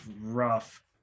rough